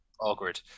Awkward